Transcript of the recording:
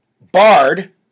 barred